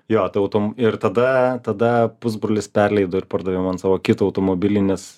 jo ir tada tada pusbrolis perleido ir pardavė man savo kitą automobilį nes